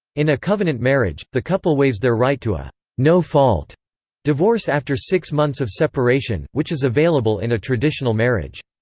in a covenant marriage, the couple waives their right to a no-fault divorce after six months of separation, which is available in a traditional marriage.